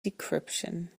decryption